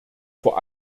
vor